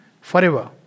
forever